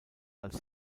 als